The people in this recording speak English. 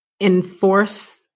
enforce